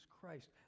Christ